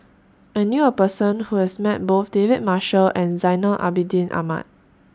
I knew A Person Who has Met Both David Marshall and Zainal Abidin Ahmad